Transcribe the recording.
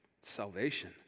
salvation